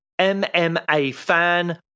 MMAFAN